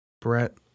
Brett